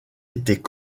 étaient